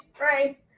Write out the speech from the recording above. right